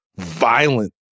violent